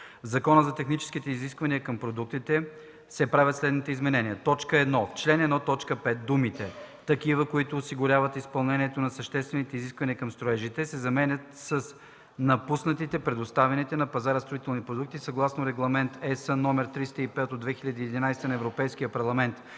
Закона за техническите изисквания към продуктите (Обн., ДВ, бр....) се правят следните изменения: 1. В чл. 1, т. 5 думите „такива, които осигуряват изпълнението на съществените изисквания към строежите” се заменят с „на пуснатите/предоставените на пазара строителни продукти съгласно Регламент (ЕС) № 305/2011 на Европейския парламент